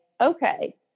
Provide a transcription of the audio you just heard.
okay